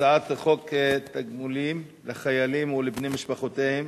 הצעת חוק תגמולים לחיילים ולבני משפחותיהם